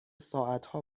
ساعتها